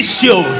show